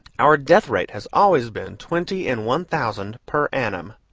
our death-rate has always been twenty in one thousand per annum.